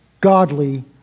godly